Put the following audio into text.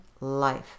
life